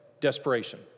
desperation